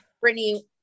Brittany